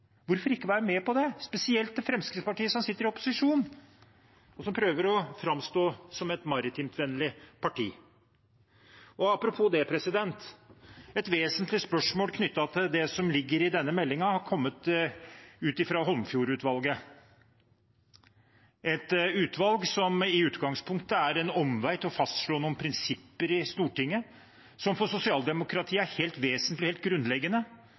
Hvorfor ikke være med på det, spesielt Fremskrittspartiet, som sitter i opposisjon, og som prøver å framstå som et maritimtvennlig parti? Apropos det: Et vesentlig spørsmål knyttet til det som ligger i denne meldingen, har kommet fra Holmefjord-utvalget, et utvalg som i utgangspunktet er en omvei til å fastslå noen prinsipper i Stortinget som for sosialdemokratiet er helt vesentlige, helt grunnleggende.